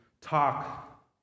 talk